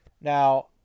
Now